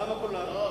למה כולם?